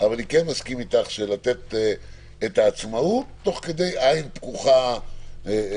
אבל אני כן מסכים איתך שיש לתת עצמאות תוך כדי עין פקוחה ודו-שיח,